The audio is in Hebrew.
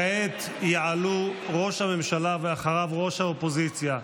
כעת יעלו ראש הממשלה ואחריו ראש האופוזיציה.